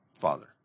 father